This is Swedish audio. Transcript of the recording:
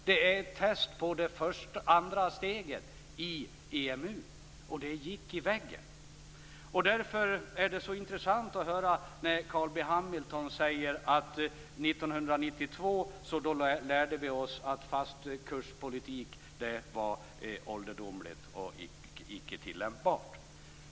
Det var ett test för det andra steget i EMU, och vi gick in i väggen. Därför är det så intressant att höra Carl B Hamilton säga att 1992 lärde vi oss att fast växelkurspolitik var ålderdomligt och icke tillämpbart.